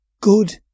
good